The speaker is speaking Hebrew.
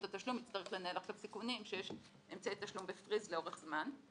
לתשלום צריך לנהל עכשיו סיכונים שיש אמצעי תשלום בפריז לאורך זמן,